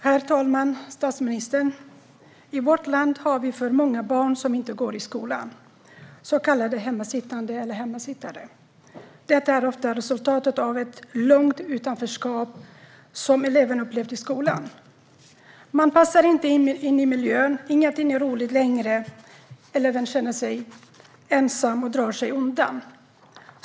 Herr talman och statsministern! I vårt land har vi för många barn som inte går i skolan, så kallade hemmasittande eller hemmasittare. Detta är ofta resultatet av ett långt utanförskap som eleven har upplevt i skolan. Man passar inte in i miljön, ingenting är roligt längre och man känner sig ensam och drar sig undan.